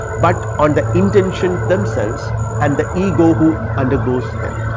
but on the intension themselves and the ego who undergoes them.